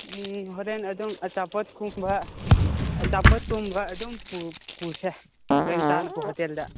ꯍꯣꯔꯦꯟ ꯑꯗꯨꯝ ꯑꯆꯥꯄꯣꯠ ꯀꯨꯝꯕ ꯑꯆꯥꯄꯣꯠ ꯀꯨꯝꯕ ꯑꯗꯨꯝ ꯄꯨ ꯄꯨꯁꯦ ꯍꯣꯔꯦꯟ ꯆꯥꯅꯕ ꯍꯣꯇꯦꯜꯗ